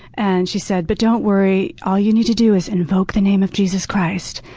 and she said, but don't worry, all you need to do is invoke the name of jesus christ,